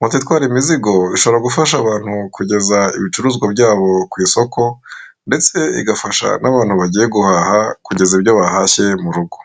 Moto itwara imizigo ishobora gufasha abantu kugeza ibicuruzwa byabo ku isoko, ndetse igafasha n'abantu bagiye guhaha kugeza ibyo bahashye mu rugo.